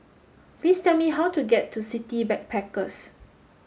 please tell me how to get to City Backpackers